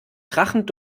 krachend